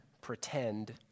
pretend